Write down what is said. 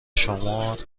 شمار